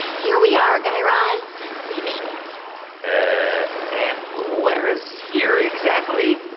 here we are, guy raz. we made it and and where is here, exactly?